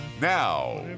Now